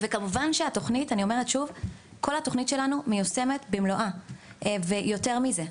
וכמובן שכל התוכנית שלנו מיושמת במלואה ויותר מזה,